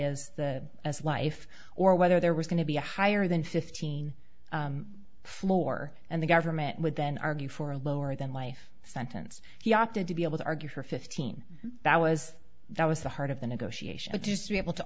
as the as life or whether there was going to be a higher than fifteen floor and the government would then argue for a lower than life sentence he opted to be able to argue for fifteen that was that was the heart of the negotiation but just to be able to